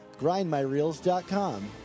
GrindMyReels.com